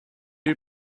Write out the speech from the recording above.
you